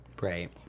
Right